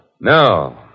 No